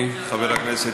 השאלה,